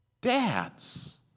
Dads